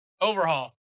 Overhaul